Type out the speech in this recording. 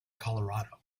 colorado